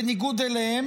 בניגוד אליהם,